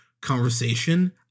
conversation